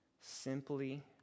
Simply